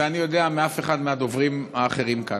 ואני יודע שלא פחות מאף אחד מהדוברים האחרים כאן.